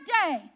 day